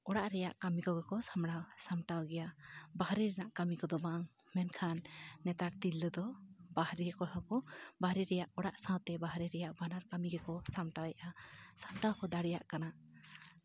ᱚᱲᱟᱜ ᱨᱮᱭᱟᱜ ᱠᱟᱹᱢᱤ ᱠᱚᱜᱮ ᱠᱚ ᱥᱟᱢᱵᱲᱟᱣᱟ ᱥᱟᱢᱴᱟᱣ ᱜᱮᱭᱟ ᱵᱟᱦᱨᱮ ᱨᱮᱱᱟᱜ ᱠᱟᱹᱢᱤ ᱠᱚᱫᱚ ᱵᱟᱝ ᱢᱮᱱᱠᱷᱟᱱ ᱱᱮᱛᱟᱨ ᱛᱤᱨᱞᱟᱹ ᱫᱚ ᱵᱟᱦᱨᱮ ᱠᱚᱦᱚᱸ ᱠᱚ ᱵᱟᱦᱨᱮ ᱨᱮᱭᱟᱜ ᱚᱲᱟᱜ ᱥᱟᱶᱛᱮ ᱵᱟᱦᱨᱮ ᱨᱮᱭᱟᱜ ᱵᱟᱱᱟᱨ ᱠᱟᱹᱢᱤ ᱜᱮᱠᱚ ᱥᱟᱢᱴᱟᱣᱮᱜᱼᱟ ᱥᱟᱢᱴᱟᱣ ᱠᱚ ᱫᱟᱲᱮᱭᱟᱜ ᱠᱟᱱᱟ